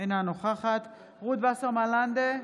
איננה נוכחת רות וסרמן לנדה,